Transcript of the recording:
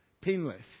painless